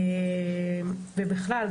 ובכלל,